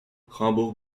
rambourg